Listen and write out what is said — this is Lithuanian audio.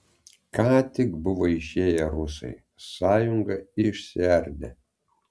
ką tik buvo išėję rusai sąjunga išsiardė